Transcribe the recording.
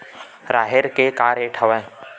राहेर के का रेट हवय?